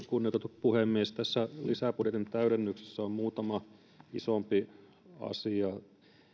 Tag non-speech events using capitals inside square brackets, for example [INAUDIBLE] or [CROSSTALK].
[UNINTELLIGIBLE] kunnioitettu puhemies tässä lisäbudjetin täydennyksessä on muutama isompi asia